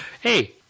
hey